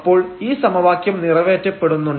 അപ്പോൾ ഈ സമവാക്യം നിറവേറ്റപ്പെടുന്നുണ്ട്